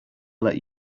let